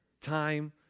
time